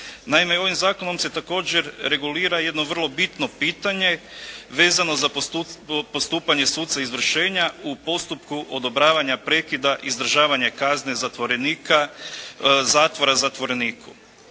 Naime, ovim zakonom se također regulira jedno vrlo bitno pitanje vezano za postupanje suca izvršenja u postupku odobravanja prekida izdržavanja kazne zatvorenika